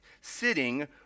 sitting